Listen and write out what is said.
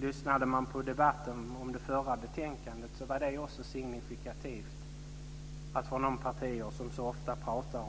Lyssnade man på debatten om det föregående betänkandet var det också signifikativt att det från de partier som så ofta talar